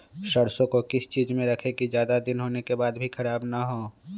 सरसो को किस चीज में रखे की ज्यादा दिन होने के बाद भी ख़राब ना हो?